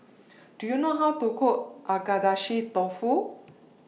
Do YOU know How to Cook Agedashi Dofu